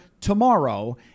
tomorrow